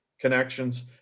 connections